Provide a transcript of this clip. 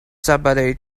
somebody